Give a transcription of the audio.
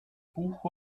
buch